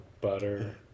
butter